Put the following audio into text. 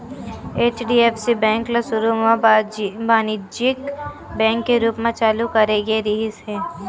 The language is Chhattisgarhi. एच.डी.एफ.सी बेंक ल सुरू म बानिज्यिक बेंक के रूप म चालू करे गे रिहिस हे